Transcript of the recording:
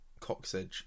Coxedge